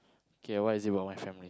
okay what is it about my family